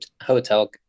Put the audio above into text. hotel